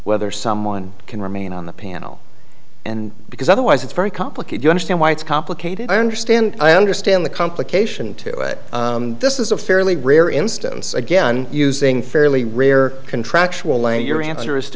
whether someone can remain on the panel and because otherwise it's very complicated you understand why it's complicated i understand i understand the complication to it this is a fairly rare instance again using fairly rare contractual lay your answer is to